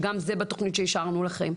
שגם זה בתוכנית שאישרנו לכם,